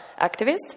activists